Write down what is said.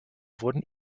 wurden